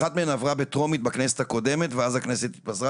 אחת מהן עברה בטרומית בכנסת הקודמת ואז הכנסת התפזרה,